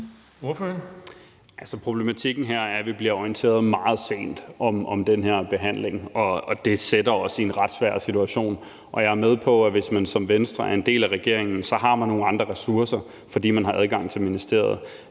problematikken her er, at vi bliver orienteret meget sent om den her behandling, og det sætter os i en ret svær situation. Jeg er med på, at hvis man som Venstre er en del af regeringen, har man nogle andre ressourcer, fordi man har adgang til ministeriet,